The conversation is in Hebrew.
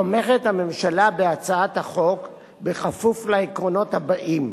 תומכת הממשלה בהצעת החוק בכפוף לעקרונות הבאים,